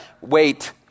wait